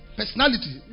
personality